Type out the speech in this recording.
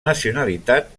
nacionalitat